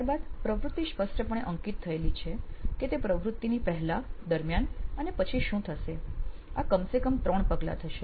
ત્યાર બાદ પ્રવૃત્તિ સ્પષ્ટપણે અંકિત થયેલી છે કે તે પ્રવૃત્તિની પહેલા દરમિયાન અને પછી શું થશે આ કમ સે કમ ત્રણ પગલાં થશે